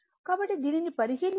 కాబట్టి దీనిని పరిశీలిస్తే